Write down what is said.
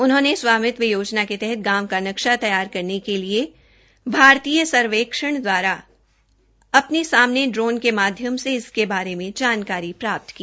उन्होंने स्वामित्व योजना के तहत गांव का नक्षा तैयार करने के लिए भारतीय सर्वेक्षण द्वारा अपने सामने ड्रोन के माध्यम से इसके बारे में जानकारी प्राप्त की